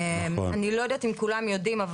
אני לא יודעת אם כולם יודעים,